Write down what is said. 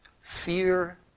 fear